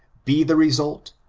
be the result,